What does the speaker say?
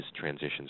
transitions